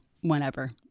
whenever